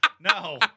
No